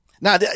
now